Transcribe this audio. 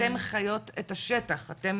אתן חיות את השטח, אתן